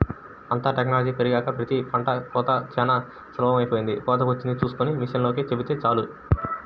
అంతా టెక్నాలజీ పెరిగినాక ప్రతి పంట కోతా చానా సులభమైపొయ్యింది, కోతకొచ్చింది చూస్కొని మిషనోల్లకి చెబితే చాలు